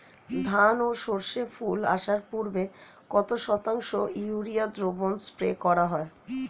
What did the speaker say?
ধান ও সর্ষে ফুল আসার পূর্বে কত শতাংশ ইউরিয়া দ্রবণ স্প্রে করা হয়?